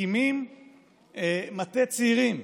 מקימים מטה צעירים,